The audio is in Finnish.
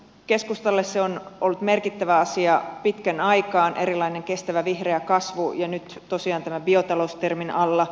keskustalle se on ollut merkittävä asia pitkän aikaa kestävä vihreä kasvu nyt tosiaan tämän biotalous termin alla